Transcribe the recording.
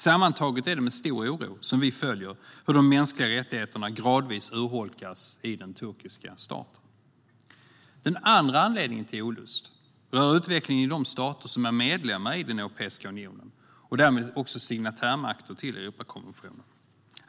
Sammantaget är det med stor oro som vi följer hur de mänskliga rättigheterna gradvis urholkas i den turkiska staten. Den andra anledningen till olust rör utvecklingen i de stater som är medlemmar i Europeiska unionen och därmed också signatärmakter till Europakonventionen.